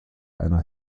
einer